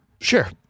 sure